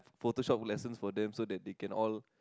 photoshop lessons for them so that they can all